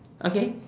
okay